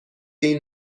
این